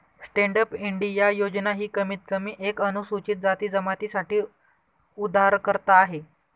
stand up India योजना ही कमीत कमी एक अनुसूचित जाती जमाती साठी उधारकर्ता आहे